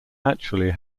actually